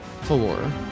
Four